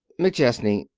mcchesney,